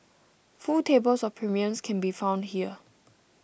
full tables of premiums can be found here